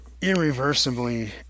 irreversibly